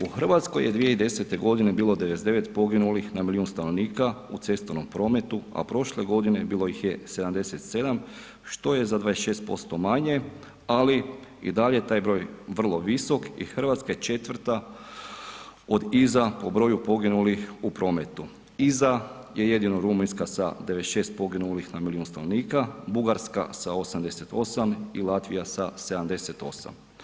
U Hrvatskoj je 2010. g. bilo 99 poginulih na milijun stanovnika u cestovnom prometu a prošle godine bilo ih je 77 što je za 26% ali i dalje je taj broj vrlo visok i Hrvatska je četvrta od iza po broju poginulih u prometu, iza je jedino Rumunjska sa 96 poginulih na milijun stanovnika, Bugarska sa 88 i Latvija sa 78.